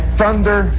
thunder